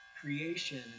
Creation